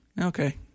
Okay